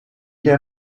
der